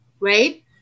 right